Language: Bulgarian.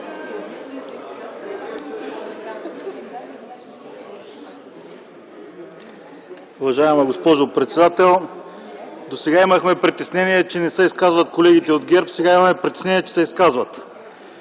Уважаема госпожо председател, досега имахме притеснения, че не се изказват колегите от ГЕРБ – сега имаме притеснение, че се изказват.